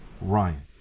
Ryan